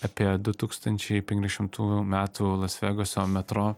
apie du tūkstančiai penkiasdešimtų metų las vegaso metro